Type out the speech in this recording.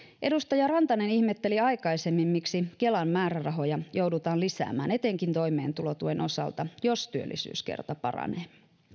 edustaja rantanen ihmetteli aikaisemmin miksi kelan määrärahoja joudutaan lisäämään etenkin toimeentulotuen osalta jos työllisyys kerta paranee